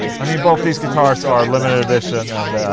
i mean, both these guitars are limited-edition and.